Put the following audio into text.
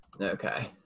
Okay